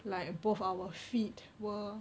like both our feet were